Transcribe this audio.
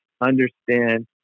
understand